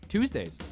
Tuesdays